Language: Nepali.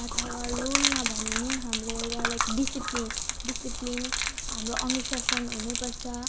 अथवा रुल नभने पनि हाम्रो एउटा लाइक डिसिप्लिन डिसिप्लिन हाम्रो अनुशासन हुनै पर्छ